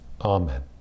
Amen